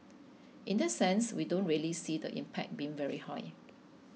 in that sense we don't really see the impact being very high